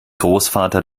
großvater